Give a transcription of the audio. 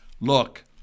Look